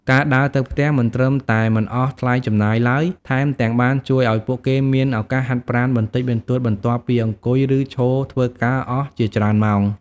ការដើរទៅផ្ទះមិនត្រឹមតែមិនអស់ថ្លៃចំណាយឡើយ ថែមទាំងបានជួយឱ្យពួកគេមានឱកាសហាត់ប្រាណបន្តិចបន្តួចបន្ទាប់ពីអង្គុយឬឈរធ្វើការអស់ជាច្រើនម៉ោង។